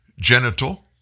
Genital